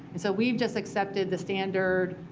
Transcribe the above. and so we've just accepted the standard